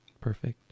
perfect